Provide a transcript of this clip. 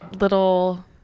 little